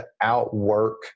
outwork